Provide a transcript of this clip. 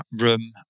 room